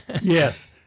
Yes